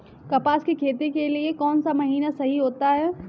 कपास की खेती के लिए कौन सा महीना सही होता है?